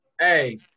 Hey